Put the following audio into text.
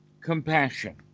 compassion